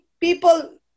people